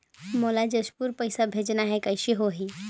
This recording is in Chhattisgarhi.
मोला जशपुर पइसा भेजना हैं, कइसे होही?